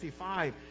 55